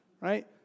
right